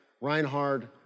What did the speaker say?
Reinhard